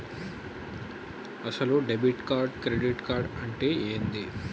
అసలు debit card credit card అంటే ఏంది?